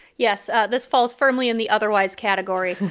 yes. this falls firmly in the otherwise category.